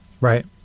Right